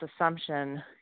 assumption